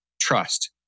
trust